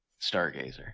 Stargazer